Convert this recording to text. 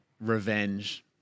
revenge